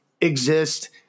exist